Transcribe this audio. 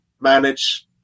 manage